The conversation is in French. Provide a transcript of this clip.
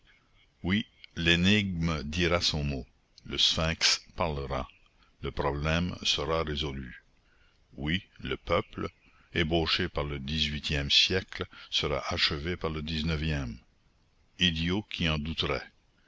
oui l'énigme dira son mot le sphinx parlera le problème sera résolu oui le peuple ébauché par le dix-huitième siècle sera achevé par le dix-neuvième idiot qui en douterait